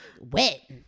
wet